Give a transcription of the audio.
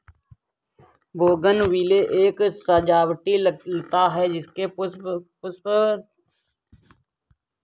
bougainvillea एक सजावटी लता है जिसके पुष्प गुलाबी रंग के होते है